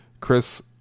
Chris